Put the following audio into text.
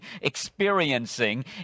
experiencing